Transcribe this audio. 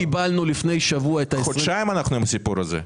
לפני שבוע קיבלנו את --- חודשיים אנחנו עם הסיפור הזה.